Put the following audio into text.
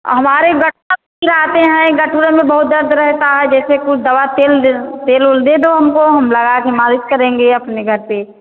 हमारे गठु पिरात है गठुआ में बहुत दर्द रहता है जैसे कुछ दवा तेल दे तेल ऊल दे दो हमको हम लगाके मालिश करेंगे अपने घर पर